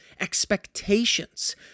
expectations